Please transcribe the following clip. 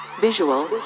visual